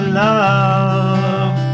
love